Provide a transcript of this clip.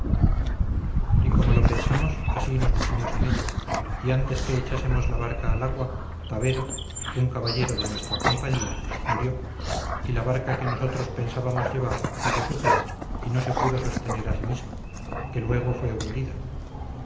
y como lo pensamos así nos pusimos en ello y antes que echásemos la barca al agua tavera un caballero de nuestra compañía murió y la barca que nosotros pensábamos llevar hizo su fin y no se pudo sostener a sí misma que luego fue